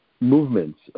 movements